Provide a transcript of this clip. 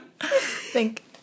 Thank